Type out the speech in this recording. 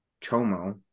chomo